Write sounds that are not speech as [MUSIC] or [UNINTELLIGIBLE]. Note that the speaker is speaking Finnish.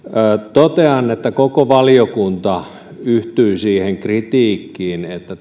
totean että koko valiokunta yhtyi siihen kritiikkiin että [UNINTELLIGIBLE]